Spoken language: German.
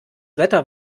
wetter